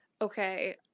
okay